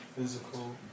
physical